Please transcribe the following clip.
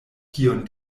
kion